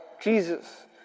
Jesus